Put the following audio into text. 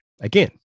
again